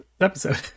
episode